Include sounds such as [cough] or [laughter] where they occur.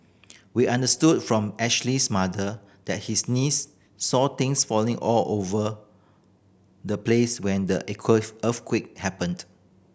we understood from Ashley's mother that his niece saw things falling all over the place when the [unintelligible] earthquake happened